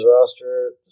roster